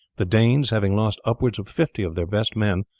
the danes, having lost upwards of fifty of their best men,